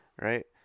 right